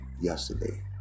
yesterday